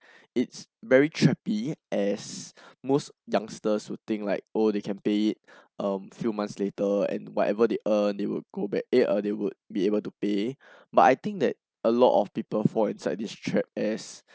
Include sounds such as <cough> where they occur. it's very trappy as most youngsters who think like oh they can pay it um few months later and whatever they earn they would go back eh they would be able to pay <breath> but I think that a lot of people fall inside this trap as